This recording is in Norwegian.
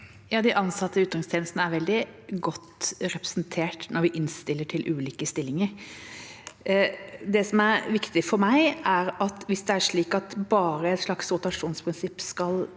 ansatte i utenrikstjenesten er veldig godt representert når vi innstiller til ulike stillinger. Det som er viktig for meg, er at hvis det er slik at bare et slags rotasjonsprinsipp skal